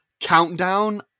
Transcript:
countdown